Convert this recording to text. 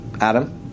Adam